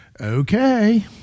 okay